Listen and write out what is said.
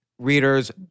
readers